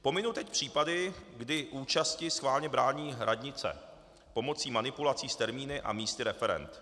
Pominu teď případy, kdy účasti schválně brání radnice pomocí manipulací s termíny a místy referend.